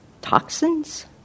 toxins